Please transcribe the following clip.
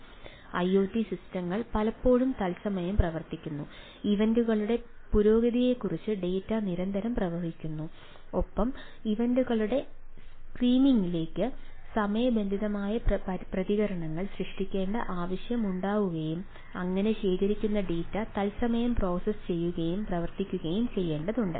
അതിനാൽ ഐഒടി സിസ്റ്റങ്ങൾ പലപ്പോഴും തത്സമയം പ്രവർത്തിക്കുന്നു ഇവന്റുകളുടെ പുരോഗതിയെക്കുറിച്ച് ഡാറ്റ നിരന്തരം പ്രവഹിക്കുന്നു ഒപ്പം ഇവന്റുകളുടെ സ്ട്രീമിലേക്ക് സമയബന്ധിതമായ പ്രതികരണങ്ങൾ സൃഷ്ടിക്കേണ്ട ആവശ്യമുണ്ടാകുകയും അങ്ങനെ ശേഖരിക്കുന്ന ഡാറ്റ തത്സമയം പ്രോസസ്സ് ചെയ്യുകയും പ്രവർത്തിക്കുകയും ചെയ്യേണ്ടതുണ്ട്